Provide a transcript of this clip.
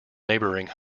neighboring